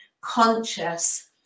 conscious